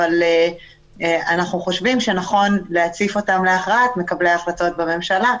אבל אנחנו חושבים שנכון להציף אותן להכרעת מקבלי החלטות בממשלה,